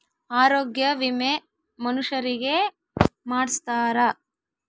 ಆರೊಗ್ಯ ವಿಮೆ ಮನುಷರಿಗೇ ಮಾಡ್ಸ್ತಾರ